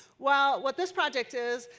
while what this project is,